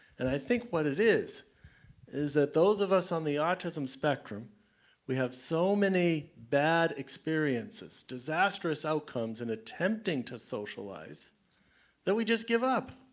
and i think what it is is that those of us on the autism spectrum we have so many bad experiences, disastrous outcomes in attempting to socialize that we just give up.